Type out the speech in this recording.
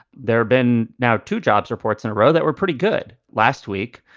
there been now two jobs reports in a row that were pretty good last week.